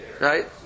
Right